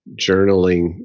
journaling